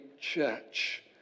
church